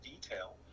detail